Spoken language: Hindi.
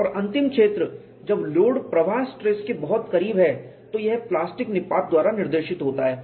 और अंतिम क्षेत्र जब लोड प्रवाह स्ट्रेस के बहुत करीब है तो यह प्लास्टिक निपात द्वारा निर्देशित होता है